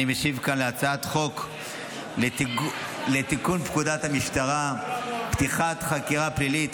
אני משיב כאן על הצעת חוק לתיקון פקודת המשטרה (פתיחת חקירה פלילית),